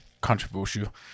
controversial